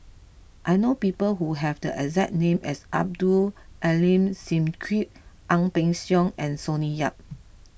I know people who have the exact name as Abdul Aleem Siddique Ang Peng Siong and Sonny Yap